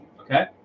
okay